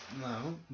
no